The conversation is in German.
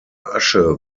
asche